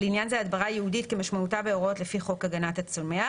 לעניין זה "הדברה ייעודית" כמשמעותה בהוראות לפי חוק הגנת הצומח.